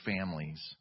families